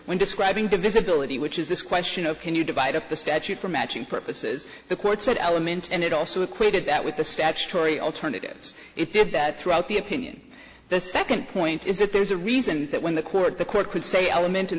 when describing the visibility which is this question of can you divide up the statute for matching purposes the court said element and it also equated that with the statutory alternatives it did that throughout the opinion the second point is that there's a reason that when the court the court could say element in